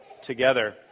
together